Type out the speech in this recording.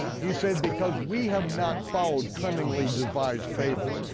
he said because we have not followed cunningly devised fables,